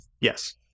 Yes